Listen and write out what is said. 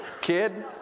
kid